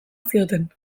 zioten